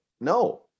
no